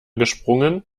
gesprungen